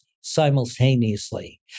simultaneously